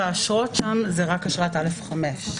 האשרות שם, זאת רק אשרת א/5.